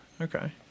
Okay